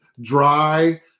dry